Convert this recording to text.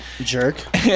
Jerk